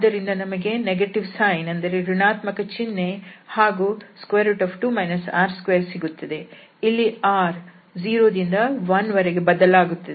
ಆದ್ದರಿಂದ ನಮಗೆ ಋಣಾತ್ಮಕ ಚಿನ್ಹೆ ಹಾಗೂ 2 r2 ಸಿಗುತ್ತದೆ ಇಲ್ಲಿ r 0 ದಿಂದ 1 ರ ವರೆಗೆ ಬದಲಾಗುತ್ತದೆ